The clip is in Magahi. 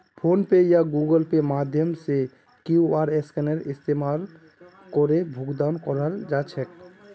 फोन पे या गूगल पेर माध्यम से क्यूआर स्कैनेर इस्तमाल करे भुगतान कराल जा छेक